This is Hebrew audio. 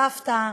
סבתא,